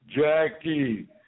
Jackie